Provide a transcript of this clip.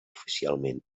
oficialment